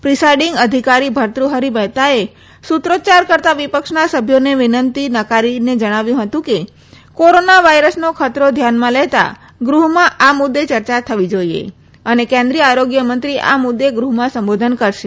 presiding અધિકારી Bhartruhari મહેતાબે સૂત્રોચ્યાર કરતાં વિપક્ષના સભ્યોની વિનંતી નકારીને જણાવ્યું હતું કે કોરોના વાયરસનો ખરતો ધ્યાનમાં લેતાં ગૃહમાં આ મુદ્દે ચર્ચા થવી જોઈએ અને કેન્દ્રીય આરોગ્ય મંત્રી આ મુદ્દે ગૃહમાં સંબોધન કરશે